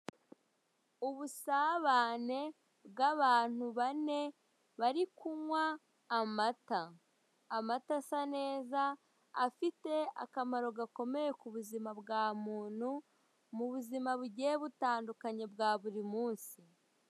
Ubusabane bw'abantu bane bari kunywa amata , amata asa neza afite akamaro gakomeye ku buzima bwa muntu mu buzima bugiye butandukanye bwa buri munsi.